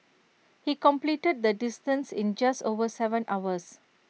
he completed the distance in just over Seven hours